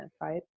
Right